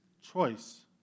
choice